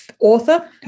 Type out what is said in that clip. author